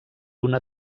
una